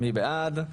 מי בעד?